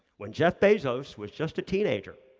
when jeff bezos was just a teenager,